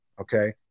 Okay